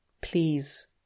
Please